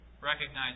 Recognize